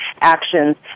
actions